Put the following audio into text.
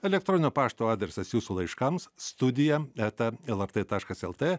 elektroninio pašto adresas jūsų laiškams studija eta lrt taškas lt